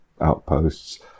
outposts